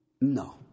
no